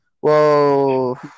whoa